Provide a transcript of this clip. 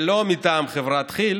ולא מטעם חברת כיל